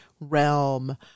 realm